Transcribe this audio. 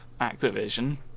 Activision